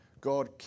God